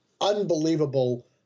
unbelievable